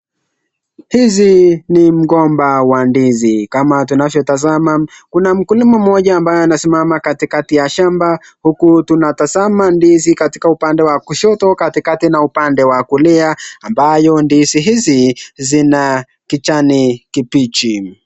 Hizi ni mgomba wa ndizi, kama tunavyo tazama kuna mkulima mmoja ambaye anasimama katikati ya shamba huku tunatazama ndizi katika upande wa kushoto, katika na katika upande wa kulia ambayo ndizi hizi zina kijani kibichi.